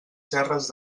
serres